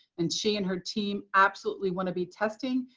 and she and her team absolutely want to be testing.